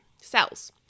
cells